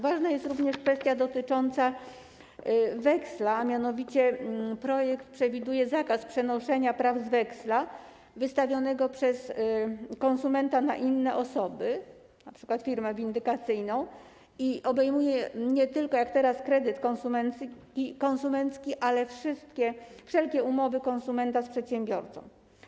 Ważna jest również kwestia dotycząca weksla, a mianowicie projekt przewiduje zakaz przenoszenia praw z weksla wystawionego przez konsumenta na inne osoby, np. firmę windykacyjną, i obejmuje nie tylko, jak teraz, kredyt konsumencki, ale także wszelkie umowy konsumenta z przedsiębiorcą.